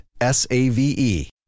S-A-V-E